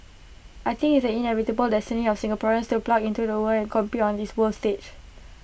I think it's the inevitable destiny of Singaporeans to plug into the world and compete on this world stage